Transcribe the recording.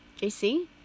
JC